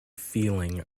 feeling